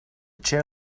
chair